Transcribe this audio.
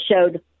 showed